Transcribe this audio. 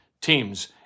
teams